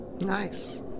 Nice